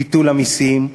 ביטול המסים,